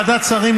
ועדת השרים,